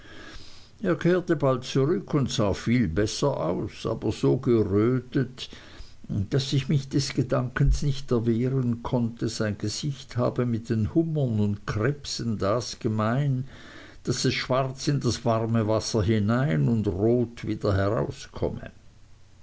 kehrte bald zurück und sah viel besser aus aber so gerötet daß ich mich des gedankens nicht erwehren konnte sein gesicht habe mit den hummern und krebsen das eine gemein daß es schwarz in das warme wasser hinein und rot wieder herauskomme